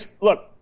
look